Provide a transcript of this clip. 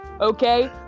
okay